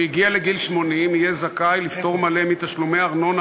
שהגיע לגיל 80 יהיה זכאי לפטור מלא מתשלומי הארנונה